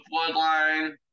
bloodline